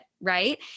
Right